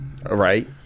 Right